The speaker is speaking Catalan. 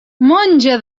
monja